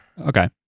Okay